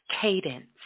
cadence